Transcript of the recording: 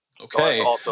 Okay